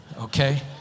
okay